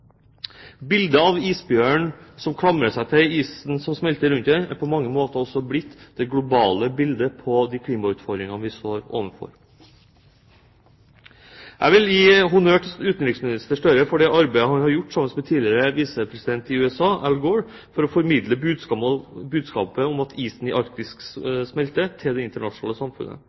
Bildet av isbjørnen som klamrer seg til isen som smelter rundt den, er på mange måter blitt det globale bildet på de klimautfordringene vi står overfor. Jeg vil gi honnør til utenriksminister Gahr Støre for det arbeidet han har gjort sammen med tidligere visepresident i USA, Al Gore, for å formidle budskapet om at isen i Arktis smelter, til det internasjonale samfunnet.